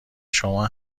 شما